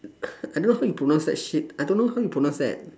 I don't know how you pronounce that shit I don't know how you pronounce that